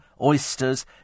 oysters